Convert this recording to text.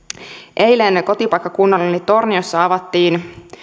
eilen kotipaikkakunnallani torniossa avattiin